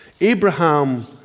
Abraham